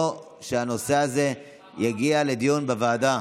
או שהנושא הזה יגיע לדיון בוועדה,